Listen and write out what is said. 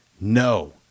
no